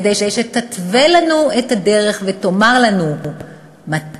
כדי שתתווה לנו את הדרך ותאמר לנו מתי,